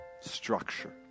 structure